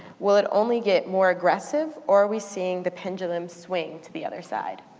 will it only get more aggressive or are we seeing the pendulum swing to the other side?